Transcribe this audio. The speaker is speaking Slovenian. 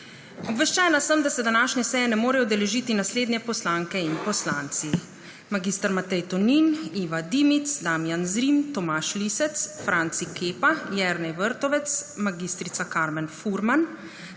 Obveščena sem, da se današnje seje ne morejo udeležiti naslednji poslanke in poslanci: